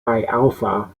alpha